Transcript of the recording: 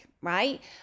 right